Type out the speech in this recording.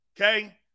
okay